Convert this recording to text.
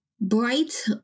bright